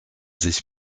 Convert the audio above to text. sich